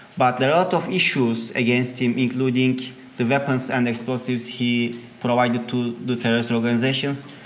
but there are a lot of issues against him, including the weapons and explosives he provided to the terrorist organizations,